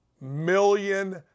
million